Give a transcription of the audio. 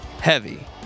heavy